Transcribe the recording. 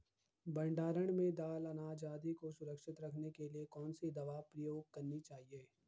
भण्डारण में दाल अनाज आदि को सुरक्षित रखने के लिए कौन सी दवा प्रयोग करनी चाहिए?